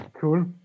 cool